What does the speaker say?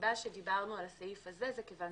הסיבה שדיברנו על הסעיף הזה זה כיוון,